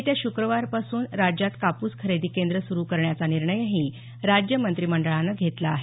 येत्या श्क्रवारपासून राज्यात कापूस खरेदी केंद्र सुरु करण्याचा निर्णयही राज्य मंत्रिमंडळानं घेतला आहे